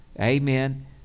Amen